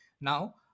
Now